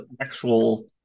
actual